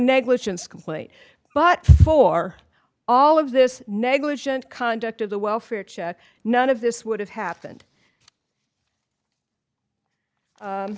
negligence complaint but for all of this negligent conduct of the welfare check none of this would have happened